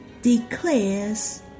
Declares